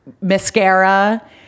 Mascara